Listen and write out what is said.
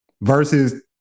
Versus